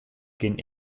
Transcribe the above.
kin